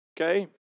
Okay